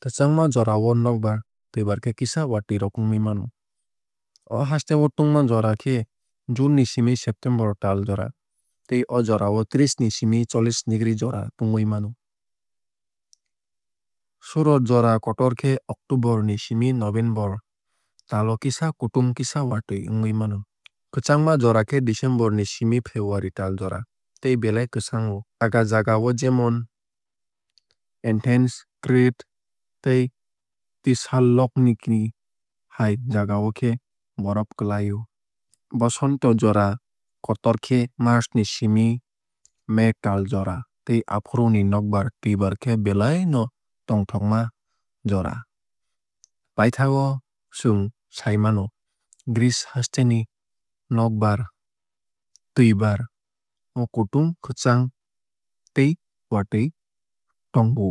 Kwchangma jorao nokbar twuibar khe kisa watui rok wngui mano. O haste o tungma jora khe june ni simi september tal jora tei o jorao treesh ni simi chollish degree jora tungwui mano. Shorod jora kotor khe october ni simi november tal o kisa kutung kisa watui wngui mano. Kwchangma jora khe december ni simi february tal jora tei belai kwchango. Jaga jagao jemon athens crete tei thessaloniki hai jagao khe borof klai o. Bosonto jora kotor khe march ni simi may tal jora tei afuru ni nokbar twuibar khe belai no tongthokma jora. Paithakgo chwng sai mano greece haste ni nokbar twuibar o kutung kwchang tei watui tongo.